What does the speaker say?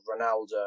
Ronaldo